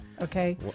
okay